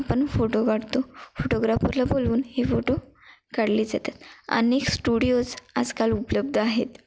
आपण फोटो काढतो फोटोग्राफरला बोलवून हे फोटो काढले जातात अनेक स्टुडिओज आजकाल उपलब्ध आहेत